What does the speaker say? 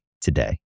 today